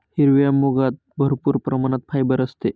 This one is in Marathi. हिरव्या मुगात भरपूर प्रमाणात फायबर असते